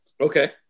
Okay